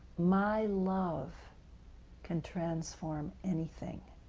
my love can transform anything.